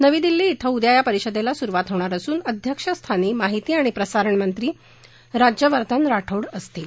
नवी दिल्ली िंध उद्या या परिषदेला सुरुवात होणार असून अध्यक्षस्थानी माहिती आणि प्रसारण मंत्री राज्यवर्धन राठोड असतील